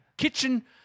kitchen